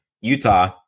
Utah